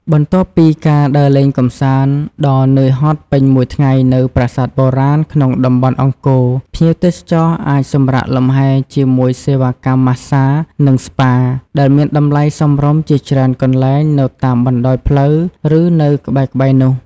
បន្ទាប់ពីការដើរលេងកម្សាន្តដ៏នឿយហត់ពេញមួយថ្ងៃនៅប្រាសាទបុរាណក្នុងតំបន់អង្គរ ភ្ញៀវទេសចរអាចសម្រាកលំហែជាមួយ សេវាកម្មម៉ាស្សា និងស្ប៉ា ដែលមានតម្លៃសមរម្យជាច្រើនកន្លែងនៅតាមបណ្ដោយផ្លូវ ឬនៅក្បែរៗនោះ។